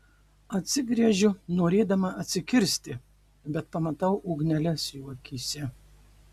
atsigręžiu norėdama atsikirsti bet pamatau ugneles jo akyse